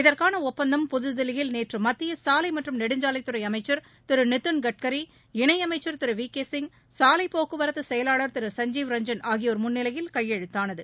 இதற்கான ஒப்பந்தம் புதுதில்லியில் நேற்று மத்திய சாலை மற்றும் நெடுஞ்சாலைத்துறை அமைச்சர் திரு நிதின் கட்கரி இணையமைச்சர் திரு வி கே சிங் சாலை போக்குவரத்து செயவாளர் திரு சஞ்சிவ் ரன்ஜன் ஆகியோர் முன்னிலையில் கையெழுத்தானது